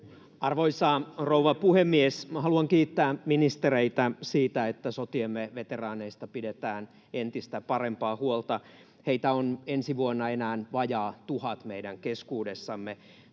Arvoisa rouva puhemies! Haluan kiittää ministereitä siitä, että sotiemme veteraaneista pidetään entistä parempaa huolta. Heitä on ensi vuonna enää vajaa tuhat meidän keskuudessamme.